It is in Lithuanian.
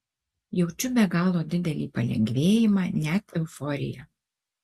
jaučiau be galo didelį palengvėjimą net euforiją